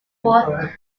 german